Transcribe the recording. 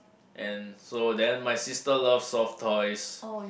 and so then my sister love soft toys